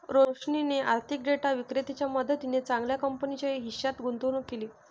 रोशनीने आर्थिक डेटा विक्रेत्याच्या मदतीने चांगल्या कंपनीच्या हिश्श्यात गुंतवणूक केली